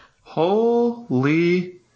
Holy